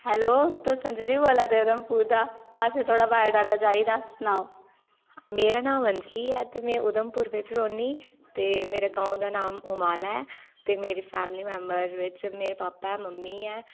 hello तुस अंजली बोल्लै दे उधमपुर दा असेंगी थुआढ़ा बायोडाटा चाहिदा सनाओ मेरा नाम अंजली ऐ ते में उधमपुर बिच्च रौह्नी ते मेरे गांव दा नाम उमाला ऐ ते मेरी फैमिली मैम्बर बिच्च मेरे पापा ऐ मम्मी ऐ